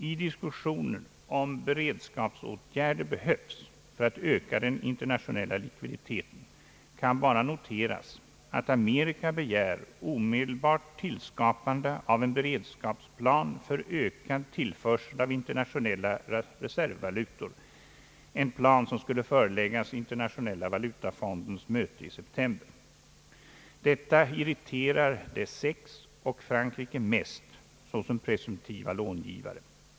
I diskussionen om beredskapsåtgärder som behövs för att öka den internationella likviditeten kan bara noteras att Amerika begär omedelbart tillskapande av en beredskapsplan för ökad tillförsel av internationella reservvalutor, en plan som skulle föreläggas Internationella valutafondens möte i september. Detta irriterar de sex och Frankrike mest såsom presumtiva långivare.